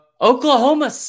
Oklahoma